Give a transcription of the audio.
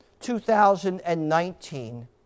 2019